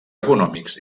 econòmics